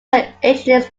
engineers